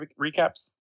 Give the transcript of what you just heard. recaps